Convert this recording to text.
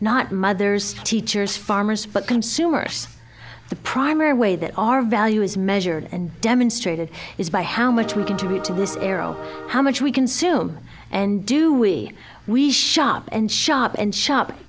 not mothers teachers farmers but consumers the primary way that our value is measured and demonstrated is by how much we contribute to this arrow how much we consume and do we we shop and shop and shop